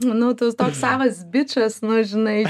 nu tu toks savas bičas nu žinai